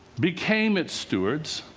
became its stewards,